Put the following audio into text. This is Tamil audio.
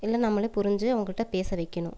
இல்லை நம்மளே புரிஞ்சு அவங்ககிட்ட பேச வைக்கணும்